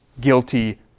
guilty